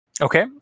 Okay